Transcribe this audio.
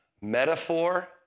Metaphor